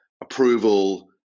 approval